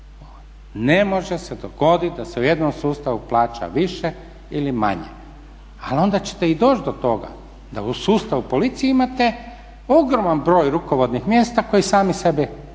ne može se dogoditi da se u jednom sustavu plaća više ili manje. Ali onda ćete i doći do toga da u sustavu policije imate ogroman broj rukovodnih mjesta koji sami sebe